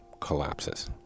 collapses